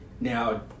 Now